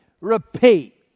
repeat